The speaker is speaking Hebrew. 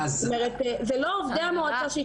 ולא עובדי המועצה.